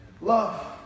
Love